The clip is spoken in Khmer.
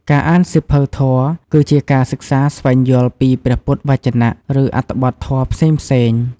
ការអានសៀវភៅធម៌ គឺជាការសិក្សាស្វែងយល់ពីព្រះពុទ្ធវចនៈ ឬអត្ថបទធម៌ផ្សេងៗ។